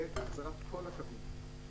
והחזרת כל הקווים.